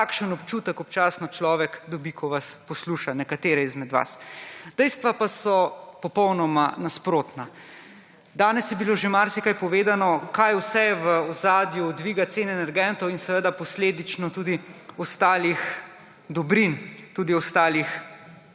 Takšen občutek občasno človek dobi, ko vas posluša – nekatere izmed vas. Dejstva pa so popolnoma nasprotna. Danes je bilo že marsikaj povedano, kaj vse je v ozadju dviga cen energentov in seveda posledično tudi ostalih dobrin, tudi ostalih